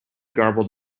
garbled